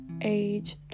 age